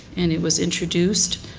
and it was introduced